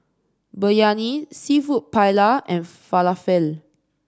Biryani seafood Paella and Falafel